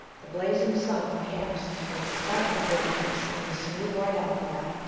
the blazing sun casts, with startling vividness on the smooth white alkali,